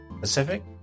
pacific